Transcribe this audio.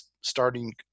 starting